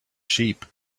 sheep